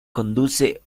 conduce